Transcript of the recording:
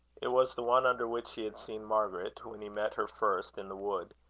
it was the one under which he had seen margaret, when he met her first in the wood,